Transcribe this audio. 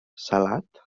salat